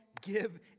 give